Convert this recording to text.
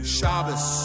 Shabbos